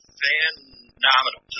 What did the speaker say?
phenomenal